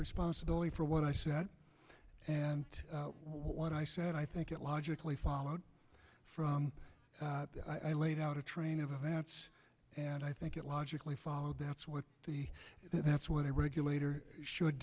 responsibility for what i said and what i said i think it logically follows from i laid out a train of events and i think it logically follow that's what the that's what a regulator should